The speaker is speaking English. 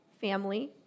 family